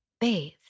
Bathe